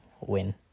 win